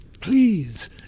Please